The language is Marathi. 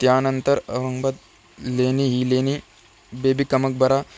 त्यानंतर अहमद लेणी ही लेणी बीबी का मकबरा